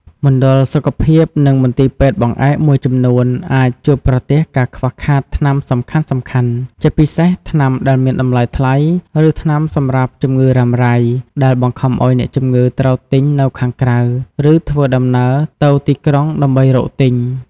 មណ្ឌលសុខភាព និងមន្ទីរពេទ្យបង្អែកមួយចំនួនអាចជួបប្រទះការខ្វះខាតថ្នាំសំខាន់ៗ ជាពិសេសថ្នាំដែលមានតម្លៃថ្លៃ ឬថ្នាំសម្រាប់ជំងឺរ៉ាំរ៉ៃ ដែលបង្ខំឱ្យអ្នកជំងឺត្រូវទិញនៅខាងក្រៅ ឬធ្វើដំណើរទៅទីក្រុងដើម្បីរកទិញ។